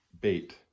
bait